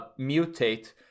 mutate